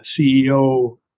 CEO